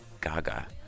Gaga